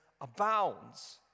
abounds